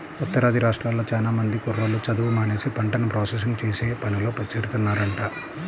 ఉత్తరాది రాష్ట్రాల్లో చానా మంది కుర్రోళ్ళు చదువు మానేసి పంటను ప్రాసెసింగ్ చేసే పనిలో చేరుతున్నారంట